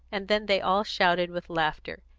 and then they all shouted with laughter,